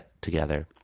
together